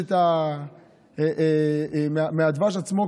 הדבש עצמו,